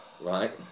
right